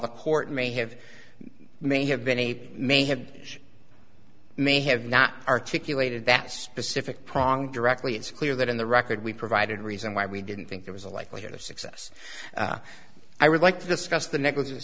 the court may have may have been eight may have may have not articulated that specific pronk directly it's clear that in the record we provided reason why we didn't think there was a likelihood of success i would like to discuss the nec